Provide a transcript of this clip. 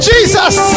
Jesus